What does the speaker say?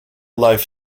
life